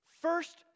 First